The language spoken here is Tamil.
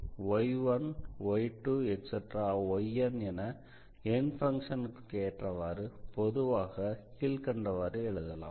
yn என n பங்க்ஷன்களுக்கு ஏற்றவாறு பொதுவாக கீழ்கண்டவாறு எழுதலாம்